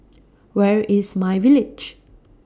Where IS MyVillage